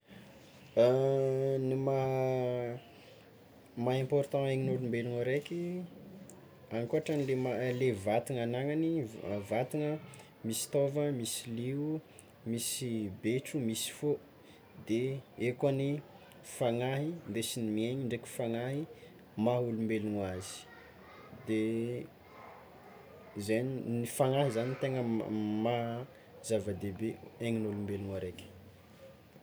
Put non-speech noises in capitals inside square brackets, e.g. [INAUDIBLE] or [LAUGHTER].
[HESITATION] Ny maha maha important aignin'olombelogno araiky, ankoatranle maha- vatana agnanany vatana misy taova misy lio, misy betro misy fo, de eo koa ny fagnahy ndesiny miainy ndraiky fa, nahy maha olombelogno azy de izay ny fagnahy zany note maha mahazavedehibe aignin'olombelogno araiky.